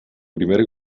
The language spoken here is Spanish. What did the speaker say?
primer